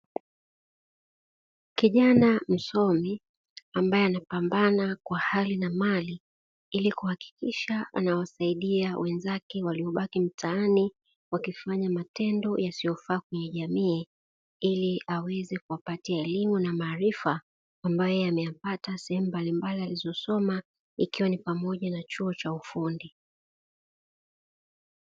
Kijana msomi ambaye anapambana kwa hali na mali ili kuhakikisha anawasaidia wenzake waliobaki mtaani wakifanya matendo yasiyofaa kwenye jamii, ili aweze kuwapatia elimu na maarifa ambayo ameyapata sehemu mbalimbali alizosoma ikiwa ni pamoja na chuo cha ufundi.